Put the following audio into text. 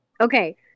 okay